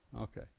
Okay